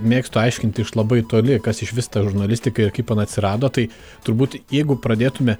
mėgstu aiškinti iš labai toli kas išvis ta žurnalistika ir kaip jin atsirado tai turbūt jeigu pradėtume